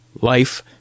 Life